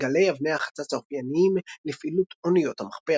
גלי אבני החצץ האופייניים לפעילות אוניות המחפר.